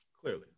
clearly